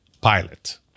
pilot